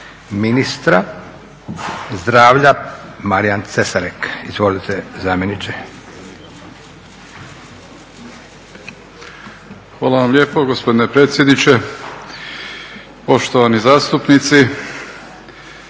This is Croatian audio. ministra zdravlja Marijan Cesarik. Izvolite zamjeniče. **Cesarik, Marijan** Hvala vam lijepo gospodine predsjedniče. Poštovani zastupnici.